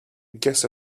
guess